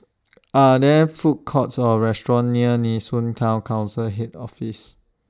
Are There Food Courts Or restaurants near Nee Soon Town Council Head Office